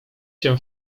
się